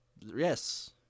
Yes